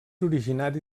originari